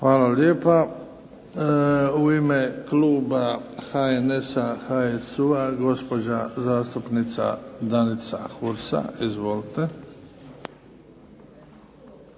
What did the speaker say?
Hvala lijepa. U ime Kluba HNS HSU-a gospođa zastupnica Danica Hursa. Izvolite.